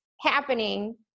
happening